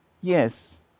Yes